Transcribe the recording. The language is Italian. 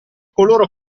coloro